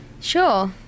Sure